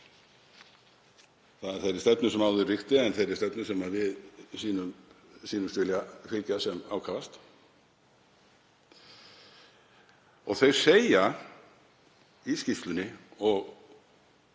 þ.e. þeirri stefnu sem áður ríkti en þeirri stefnu sem við sýnumst vilja fylgja sem ákafast. Þau segja í skýrslunni og